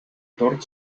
tord